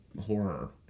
horror